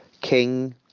King